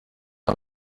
aya